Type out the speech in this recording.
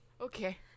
Okay